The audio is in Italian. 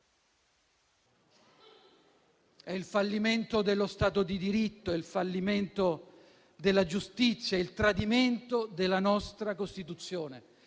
È il fallimento dello Stato di diritto, è il fallimento della giustizia, è il tradimento della nostra Costituzione.